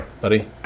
buddy